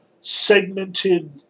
segmented